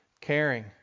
caring